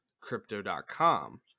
Crypto.com